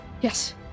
Yes